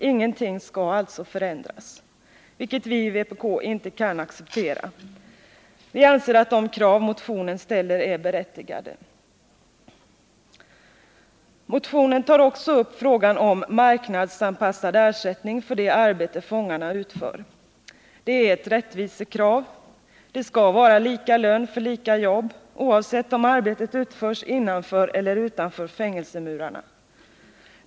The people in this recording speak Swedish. Ingenting skall alltså förändras, vilket vi i vpk inte kan acceptera. Vi anser att de krav som ställs i motionen är berättigade. I motionen tar vi också upp frågan om marknadsanpassad ersättning för det arbete fångarna utför. Det är ett rättvisekrav — det skall vara lika lön för lika jobb, oavsett om arbetet utförs innanför eller utanför fängelsemurarna.